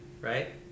right